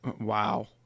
Wow